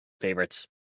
favorites